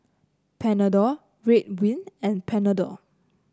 Panadol Ridwind and Panadol